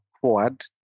forward